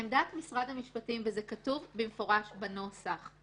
עמדת משרד המשפטים, וזה כתוב במפורש בנוסח,